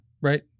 Right